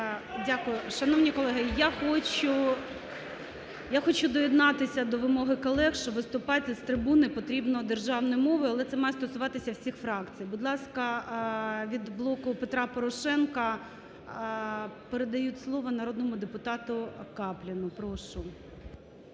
Дякую. Шановні колеги, я хочу доєднатися до вимоги колег, що виступати з трибуни потрібно державною мовою, але це має стосуватися всіх фракцій. Будь ласка, від "Блоку Петра Порошенка" передають слово народному депутату Капліну, прошу.